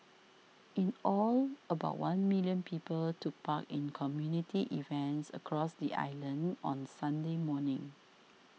in all about one million people took part in community events across the island on Sunday morning